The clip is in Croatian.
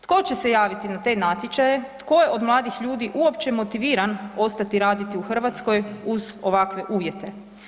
Tko će se javiti na te natječaje, tko je od mladih ljudi uopće motiviran ostati raditi u Hrvatskoj uz ovakve uvjete?